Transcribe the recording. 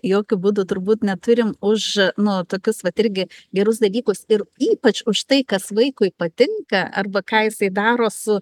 jokiu būdu turbūt neturim už nu tokius vat irgi gerus dalykus ir ypač už tai kas vaikui patinka arba ką jisai daro su